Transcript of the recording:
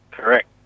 Correct